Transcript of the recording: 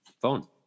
Phone